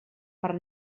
per